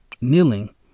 Kneeling